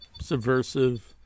subversive